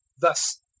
thus